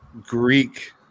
Greek